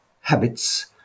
habits